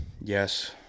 Yes